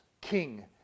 king